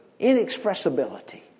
Inexpressibility